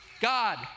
God